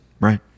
right